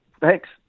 Thanks